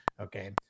okay